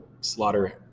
slaughter